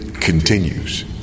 continues